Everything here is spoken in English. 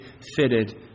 fitted